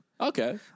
okay